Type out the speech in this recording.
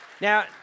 Now